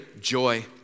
Joy